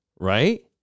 right